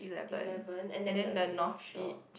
eleven and then the North Shore